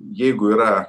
jeigu yra